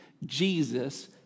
Jesus